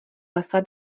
lesa